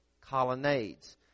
colonnades